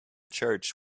church